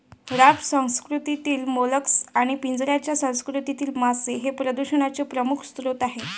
raft संस्कृतीतील mollusc आणि पिंजऱ्याच्या संस्कृतीतील मासे हे प्रदूषणाचे प्रमुख स्रोत आहेत